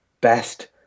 best